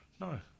No